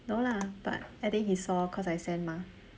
no lah but I think he saw cause I send mah